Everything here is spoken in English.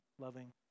loving